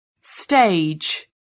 stage